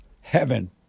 heaven